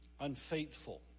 unfaithful